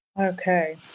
Okay